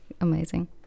amazing